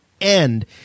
end